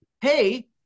Hey